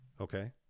Okay